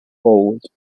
board